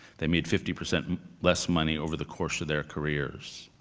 they made fifty percent and less money over the course of their careers.